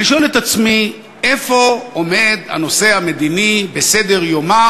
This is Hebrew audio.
אני שואל את עצמי: איפה עומד הנושא המדיני בסדר-יומה